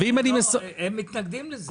הם מתנגדים לזה.